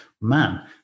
man